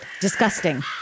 Disgusting